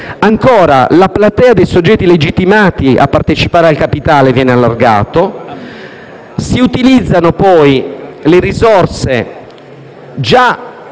Ancora, la platea dei soggetti legittimati a partecipare al capitale viene allargato e si utilizzano le risorse, già